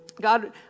God